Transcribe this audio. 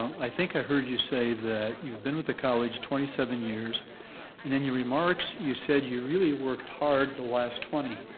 i think i heard you say that you've been with the college twenty seven years and in your remarks you said you really worked hard the last twenty.